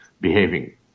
behaving